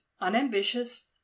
unambitious